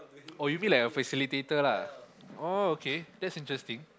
oh you mean like a facilitator lah oh okay that's interesting